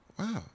Wow